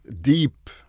deep